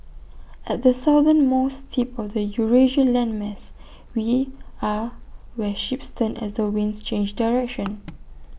at the southernmost tip of the Eurasia landmass we are where ships turn as the winds change direction